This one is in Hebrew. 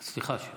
סליחה.